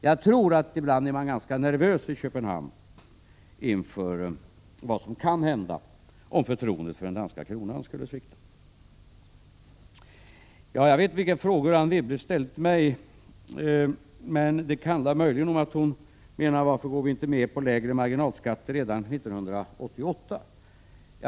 Jag tror att man i Köpenhamn ibland är ganska nervös för vad som kan hända om förtroendet för den danska kronan skulle svikta. Jag vet vilka frågor som Anne Wibble ställde till mig. Möjligen undrar hon varför vi inte går med på att sänka marginalskatterna redan 1988.